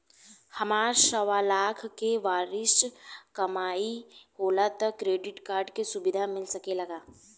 हमार सवालाख के वार्षिक कमाई होला त क्रेडिट कार्ड के सुविधा मिल सकेला का?